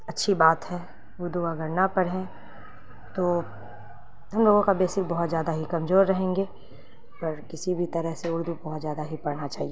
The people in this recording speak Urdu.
اچھی بات ہے اردو اگر نہ پڑھیں تو ہم لوگوں کا بیشک بہت زیادہ ہی کمزور رہیں گے پر کسی بھی طرح سے اردو بہت زیادہ ہی پڑھنا چاہیے